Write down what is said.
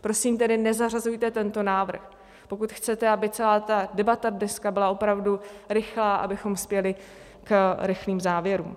Prosím tedy, nezařazujte tento návrh, pokud chcete, aby celá ta debata dneska byla opravdu rychlá, abychom spěli k rychlým závěrům.